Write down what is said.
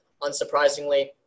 unsurprisingly